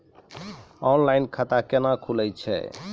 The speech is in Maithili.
ऑनलाइन खाता केना खुलै छै?